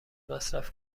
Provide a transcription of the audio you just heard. مصرف